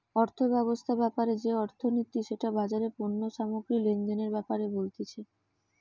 অর্থব্যবস্থা ব্যাপারে যে অর্থনীতি সেটা বাজারে পণ্য সামগ্রী লেনদেনের ব্যাপারে বলতিছে